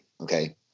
Okay